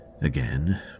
Again